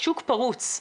השוק פרוץ.